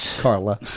carla